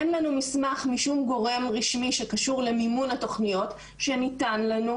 אין לנו מסמך משום גורם רשמי שקשור למימון התוכניות שניתן לנו,